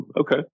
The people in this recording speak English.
Okay